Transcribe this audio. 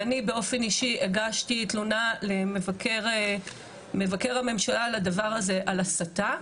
ואני באופן אישי הגשתי תלונה ליועץ המשפטי לממשלה על הדבר הזה על הסתה,